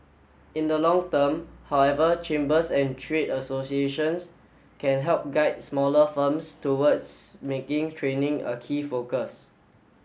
in the long term however chambers and trade associations can help guide smaller firms towards making training a key focus